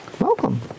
Welcome